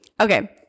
okay